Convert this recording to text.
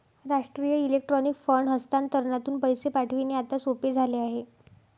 राष्ट्रीय electronic fund हस्तांतरणातून पैसे पाठविणे आता सोपे झाले आहे